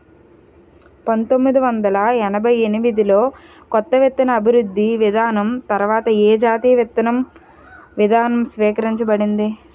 పంతోమ్మిది వందల ఎనభై ఎనిమిది లో కొత్త విత్తన అభివృద్ధి విధానం తర్వాత ఏ జాతీయ విత్తన విధానం స్వీకరించబడింది?